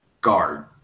guard